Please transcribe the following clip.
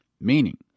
Meaning